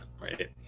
right